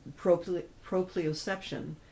proprioception